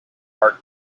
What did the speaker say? art